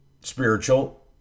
spiritual